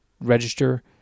register